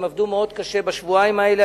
הם עבדו מאוד קשה בשבועיים האלה,